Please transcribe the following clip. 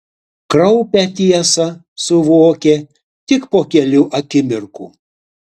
kraupią tiesą suvokė tik po kelių akimirkų